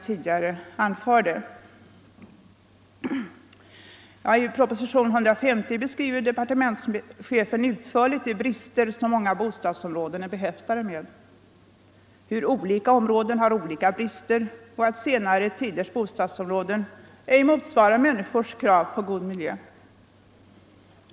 Riktlinjer för I propositionen 150 beskriver departementschefen utförligt de brister — bostadspolitiken som många bostadsområden är behäftade med — hur olika områden har — m. m olika brister och att t.ex. senare tiders bostadsområden ej motsvarar människors krav på god boendemiljö.